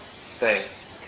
space